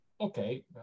okay